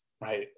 right